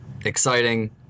exciting